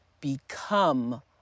become